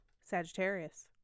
Sagittarius